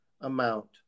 amount